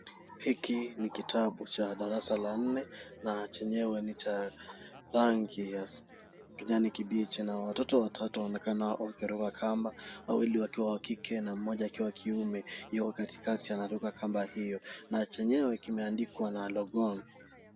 Hiki ni kitabu cha darasa la nne, na chenyewe ni cha rangi ya kijani kibichi, na watoto watatu wanaonekana wakiruka kamba, wawili wakiwa wa kike na mmoja akiwa wa kiume yuko katikati anaruka kamba hiyo, chenyewe kimeandikwa nalogon.